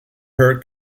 her